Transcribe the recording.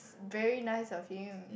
very nice of him